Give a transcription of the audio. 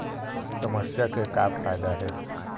समस्या के का फ़ायदा हे?